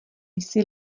jsi